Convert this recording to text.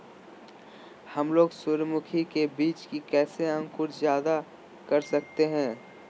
हमलोग सूरजमुखी के बिज की कैसे अंकुर जायदा कर सकते हैं?